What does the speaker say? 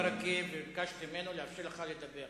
אמרתי תודה לחבר הכנסת ברכה וביקשתי ממנו לאפשר לך לדבר.